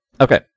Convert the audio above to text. Okay